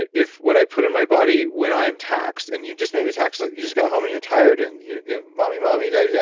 if what i put in my body when i'm taxed, and you just maybe taxed like, you just go home and you're tired, and you know mommy, mommy. daddy, yeah